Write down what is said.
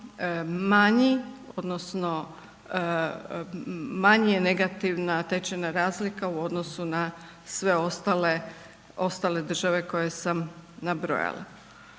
manji, odnosno manje negativna tečajna razlika u odnosu na sve ostale države koje sam nabrojala.